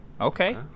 Okay